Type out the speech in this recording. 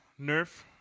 nerf